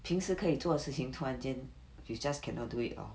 平时可以做事情突然间 you just cannot do it or